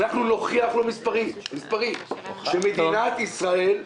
אנחנו נראה לו במספרים שמדינת ישראל,